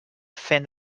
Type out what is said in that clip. fent